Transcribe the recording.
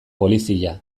polizia